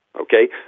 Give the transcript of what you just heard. Okay